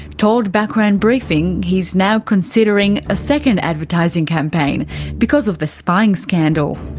told background briefing he is now considering a second advertising campaign because of the spying scandal.